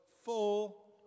full